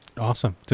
Awesome